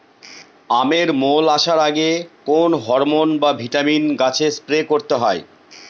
আমের মোল আসার আগে কোন হরমন বা ভিটামিন গাছে স্প্রে করতে হয়?